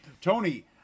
tony